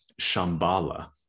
Shambhala